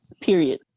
Period